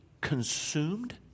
consumed